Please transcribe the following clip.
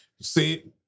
see